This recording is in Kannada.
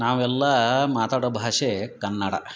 ನಾವೆಲ್ಲ ಮಾತಾಡೋ ಭಾಷೆ ಕನ್ನಡ